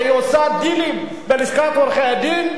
שעושה דילים בלשכת עורכי-הדין.